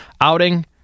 outing